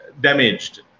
damaged